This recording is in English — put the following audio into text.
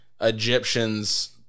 Egyptians